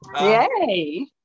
Yay